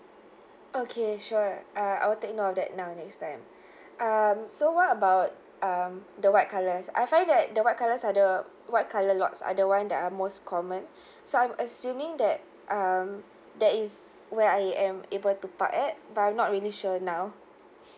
okay sure uh I will take note of that now and next time um so what about um the white colours I find that the white colours are the white colour lots are the [one] that are most common so I'm assuming that um that is where I am able to park it but I'm not really sure now